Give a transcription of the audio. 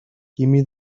gimme